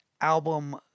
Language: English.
album